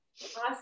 Awesome